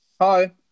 Hi